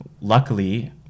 luckily